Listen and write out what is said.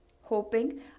hoping